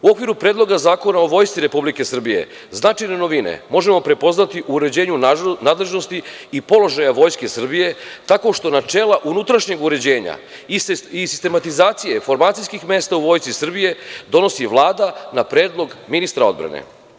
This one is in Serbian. U okviru Predloga zakona o Vojsci Republike Srbije značajne novine možemo prepoznati u uređenju nadležnosti i položaja Vojske Srbije tako što načela unutrašnjeg uređenja i sistematizacije formacijskih mesta u Vojsci Srbije donosi Vlada na predlog ministra odbrane.